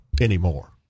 anymore